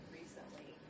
recently